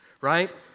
right